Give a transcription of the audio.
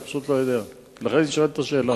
אני פשוט לא יודע ולכן שואל את השאלה.